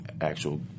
actual